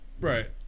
Right